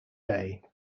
day